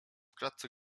klatce